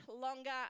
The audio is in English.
longer